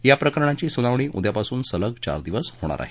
या प्रकरणाची सुनावणी उदयापासून सलग चार दिवस होणार आहे